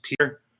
Peter